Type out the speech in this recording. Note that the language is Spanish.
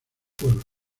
pueblo